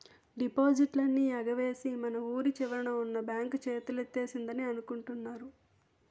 డిపాజిట్లన్నీ ఎగవేసి మన వూరి చివరన ఉన్న బాంక్ చేతులెత్తేసిందని అనుకుంటున్నారు